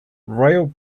royal